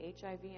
HIV